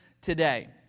today